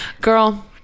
Girl